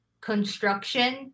construction